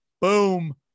Boom